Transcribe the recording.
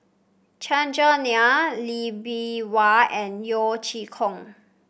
Chandran Nair Lee Bee Wah and Yeo Chee Kiong